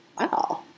wow